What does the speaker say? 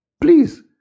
Please